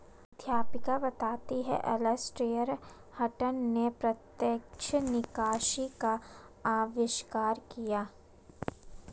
अध्यापिका बताती हैं एलेसटेयर हटंन ने प्रत्यक्ष निकासी का अविष्कार किया